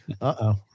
uh-oh